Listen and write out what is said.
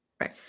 Right